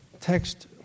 text